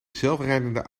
zelfrijdende